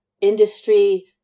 industry